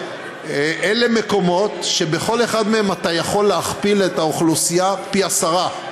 אלה מקומות שבכל אחד מהם אתה יכול להגדיל את האוכלוסייה פי-עשרה,